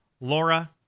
Laura